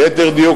ליתר דיוק,